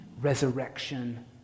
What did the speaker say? resurrection